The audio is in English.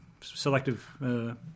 Selective